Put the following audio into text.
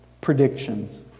predictions